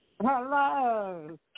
Hello